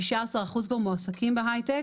16% כבר מועסקים בהיי-טק.